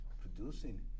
producing